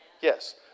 Yes